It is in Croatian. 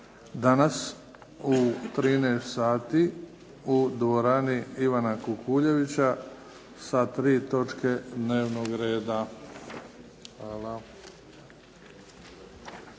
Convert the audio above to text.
danas u 13 sati u dvorani Ivana Kukuljevića sa tri točke dnevnog reda. Hvala.